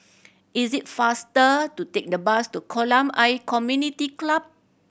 is it faster to take the bus to Kolam Ayer Community Club